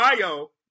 bio